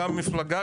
גם במפלגה,